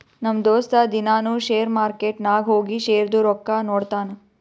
ನಮ್ ದೋಸ್ತ ದಿನಾನೂ ಶೇರ್ ಮಾರ್ಕೆಟ್ ನಾಗ್ ಹೋಗಿ ಶೇರ್ದು ರೊಕ್ಕಾ ನೋಡ್ತಾನ್